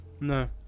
No